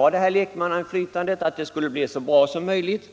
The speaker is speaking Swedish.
att lekmannainflytandet skulle bli så bra som möjligt.